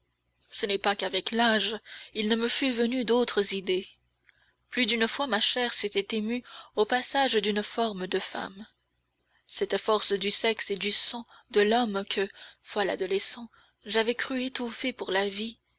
ce n'est pas qu'avec l'âge il ne me fût venu d'autres idées plus d'une fois ma chair s'était émue au passage d'une forme de femme cette force du sexe et du sang de l'homme que fol adolescent j'avais cru étouffer pour la vie